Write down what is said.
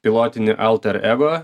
pilotinį alter ego